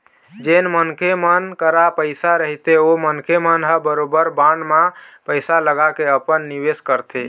जेन मनखे मन करा पइसा रहिथे ओ मनखे मन ह बरोबर बांड म पइसा लगाके अपन निवेस करथे